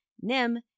Nim